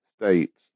states